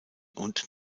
und